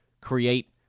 create